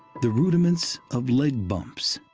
the rudiments of leg bumps.